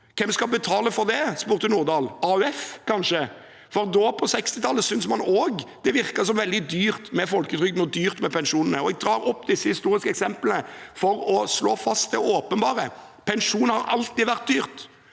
hvem skal betale for det – AUF, kanskje? For da, på 1960tallet, syntes man også det virket veldig dyrt med folketrygd og dyrt med pensjon. Jeg drar opp disse historiske eksemplene for å slå fast det åpenbare: Pensjon har alltid vært dyrt,